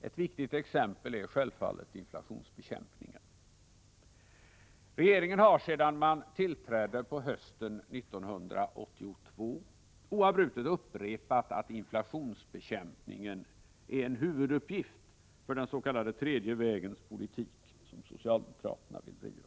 Ett viktigt exempel är självfallet inflationsbekämpningen. Regeringen har sedan den tillträdde hösten 1982 oavbrutet upprepat att inflationsbekämpningen är en huvuduppgift för den s.k. tredje vägens politik, som socialdemokraterna vill driva.